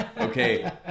Okay